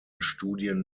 studien